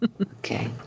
Okay